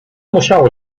musiało